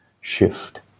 shift